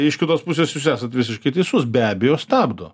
iš kitos pusės jūs esat visiškai teisus be abejo stabdo